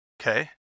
Okay